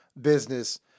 business